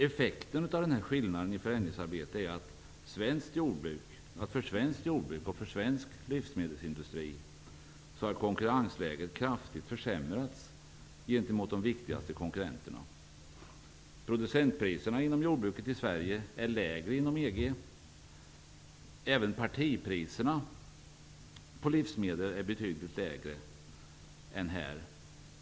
Effekten av den skillnaden i förändringsarbete är att för svenskt jordbruk och för svensk livsmedelsindustri har konkurrensläget kraftigt försämrats gentemot de viktigaste konkurrenterna. Producentpriserna inom jordbruket i Sverige är lägre än inom EG. Även partipriserna på livsmedel är betydligt lägre här.